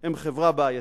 הם חברה בעייתית,